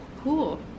Cool